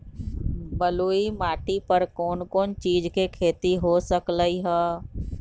बलुई माटी पर कोन कोन चीज के खेती हो सकलई ह?